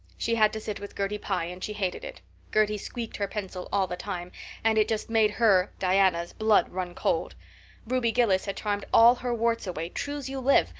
she had to sit with gertie pye and she hated it gertie squeaked her pencil all the time and it just made her diana's blood run cold ruby gillis had charmed all her warts away, true's you live,